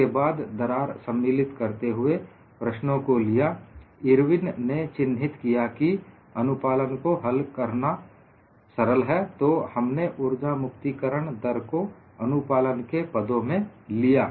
उसके बाद दरार सम्मिलित करते हुए प्रश्नों को लिया इरविन ने चिन्हित किया कि अनुपालन को हल करना सरल है तो हमने उर्जा मुक्ति करण दर को अनुपालन के पदों में लिया